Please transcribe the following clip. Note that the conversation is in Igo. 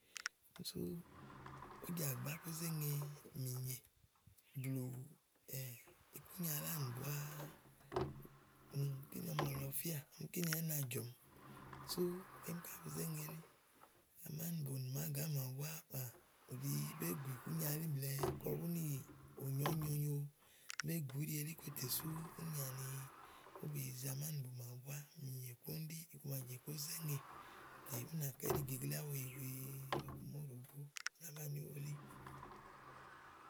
Úni sú kó jèàgbá kó zé ŋe mìnyè blù ikúnya láni búáá kíni ɔ̀mɔ̀lɔ fía kíni ɛɖí na jɔ̀mi. Sú emi kábi zé ŋe elí. Amánìbo nì máàgá màaɖu búáá, ù ɖi bégù ìkúnya lí blɛ̀ɛ kɔ bú nì nyo ɔ̀nyɔ nyo bégù úɖi elí sú úni nyi ówó bèe yize amánìbo màaɖu bùà úni sú mì nyò kòŋ jè kó zé tè ú ná kɔ íɖìgeglea òwò íyì wèe. Ì wàá banìi wulè.